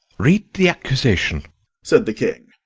read the accusation said the king.